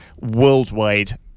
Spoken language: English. worldwide